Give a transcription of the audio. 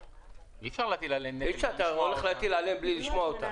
אי אפשר להטיל עליהם בלי לשמוע אותם.